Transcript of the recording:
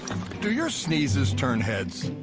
do your sneezes turn heads?